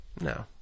No